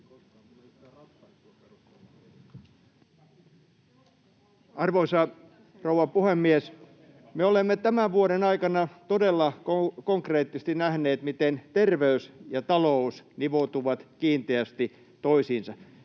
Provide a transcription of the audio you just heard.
Arvoisa rouva puhemies! Me olemme tämän vuoden aikana todella konkreettisesti nähneet, miten terveys ja talous nivoutuvat kiinteästi toisiinsa.